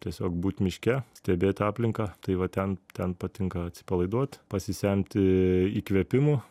tiesiog būt miške stebėt aplinką tai va ten ten patinka atsipalaiduot pasisemti įkvėpimų